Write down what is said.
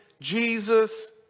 Jesus